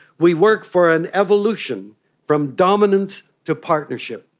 we work for an evolution from dominance to partnership,